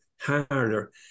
harder